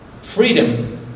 Freedom